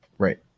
Right